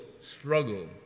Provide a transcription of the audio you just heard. struggle